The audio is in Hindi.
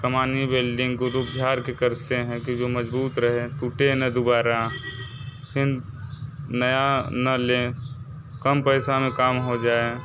कमानी बेल्डिंग ग्रुप झाड़ के करते हैं क्योंकि मज़बूत रहे टूटे ना दुबारा फिर नया ना लें कम पैसे में काम हो जाए